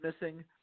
missing